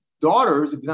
daughters